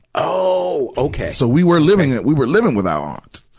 ohhhh! okay. so we were living at, we were living with our aunt.